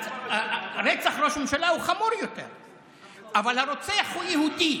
תגמולים מהרשות.